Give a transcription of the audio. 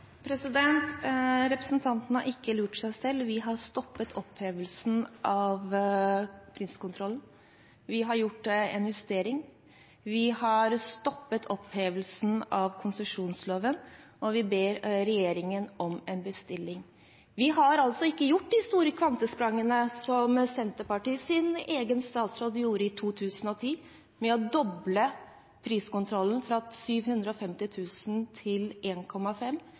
Representanten har ikke lurt seg selv. Vi har stoppet opphevelsen av priskontrollen. Vi har gjort en justering. Vi har stoppet opphevelsen av konsesjonsloven, og vi gir regjeringen en bestilling. Vi har altså ikke gjort de store kvantesprangene som Senterpartiets egen statsråd gjorde i 2010, ved å doble priskontrollen, fra 750 000 kr til